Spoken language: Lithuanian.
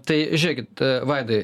tai žiūrėkit vaidai